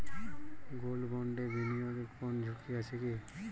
Gold বন্ডে বিনিয়োগে কোন ঝুঁকি আছে কি?